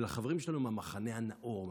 ולחברים שלנו מהמחנה הנאור,